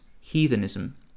heathenism